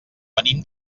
venim